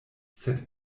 sed